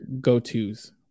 go-to's